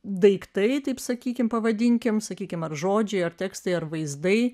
daiktai taip sakykim pavadinkim sakykim ar žodžiai ar tekstai ar vaizdai